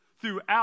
throughout